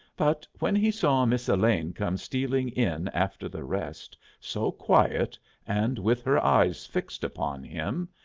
but when he saw miss elaine come stealing in after the rest so quiet and with her eyes fixed upon him,